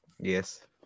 Yes